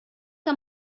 que